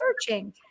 searching